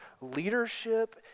Leadership